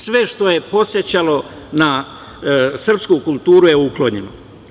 Sve što je podsećalo na srpsku kulturu je uklonjeno.